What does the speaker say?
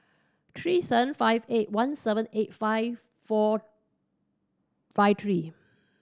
three seven five eight one seven eight five four five three